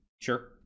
sure